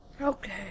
Okay